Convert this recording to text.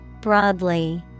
Broadly